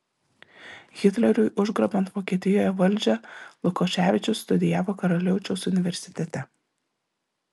hitleriui užgrobiant vokietijoje valdžią lukoševičius studijavo karaliaučiaus universitete